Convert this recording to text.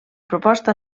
proposta